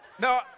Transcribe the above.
No